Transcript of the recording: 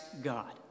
God